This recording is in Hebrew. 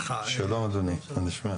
אתה יכול להמשיך.